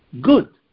good